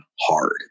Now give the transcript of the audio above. hard